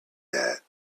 that